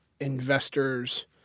Investors